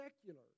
secular